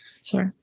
sorry